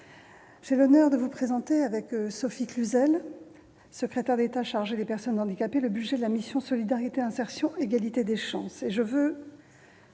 j'ai l'honneur de vous présenter, avec Sophie Cluzel, secrétaire d'État chargée des personnes handicapées, le budget de la mission « Solidarité, insertion et égalité des chances